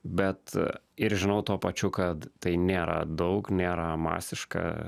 bet ir žinau tuo pačiu kad tai nėra daug nėra masiška